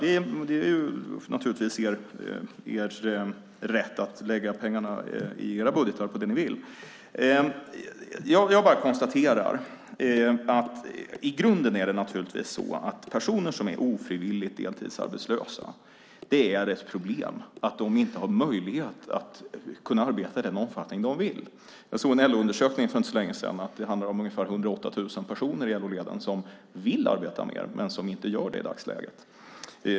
Ni har naturligtvis rätt att lägga pengarna på det ni vill i era budgetar. Jag konstaterar bara att det i grunden naturligtvis är ett problem när personer är ofrivilligt deltidsarbetslösa och inte har möjlighet att arbeta i den omfattning de vill. Jag såg en LO-undersökning för inte så länge sedan. Ungefär 108 000 personer i LO-leden vill arbeta mer än de gör i dagsläget.